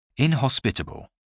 Inhospitable